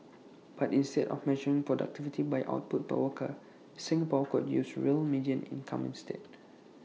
but instead of measuring productivity by output per worker Singapore could use real median income instead